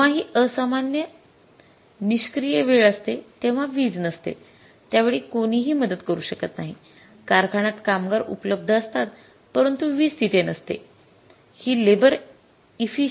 जेव्हा ही असामान्य निष्क्रिय वेळ असते तेव्हा वीज नसते त्यावेळी कोणीही मदत करू शकत नाही कारखान्यात कामगार उपलब्ध असतात परंतु वीज तिथे नसते ही लेबर एफिसियेंसी नसते